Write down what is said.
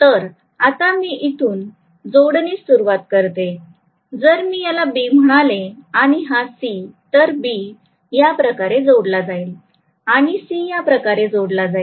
तर आता मी इथून जोडणीस सुरुवात करते जर मी याला B म्हणले आणि हा C तर B या प्रकारे जोडला जाईल आणि C याप्रकारे जोडला जाईल